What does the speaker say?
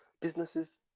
Businesses